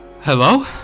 Hello